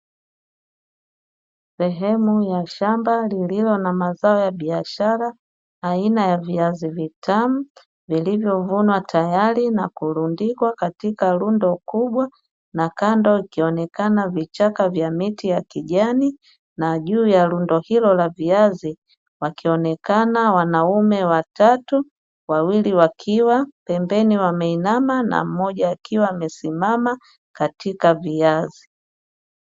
Sehemu ya shamba lililo na mazao ya biashara aina ya viazi vitamu, vilivyovunwa tayari na kulundikwa katika lundo kubwa na kando vikionekana vichaka vya miti ya kijani na juu ya lundo hilo la viazi, wakionekana wanaume watatu, wawili wakiwa pembeni wameinama na mmoja, akiwa amesimama katika viazi.